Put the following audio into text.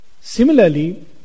Similarly